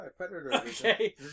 Okay